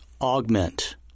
augment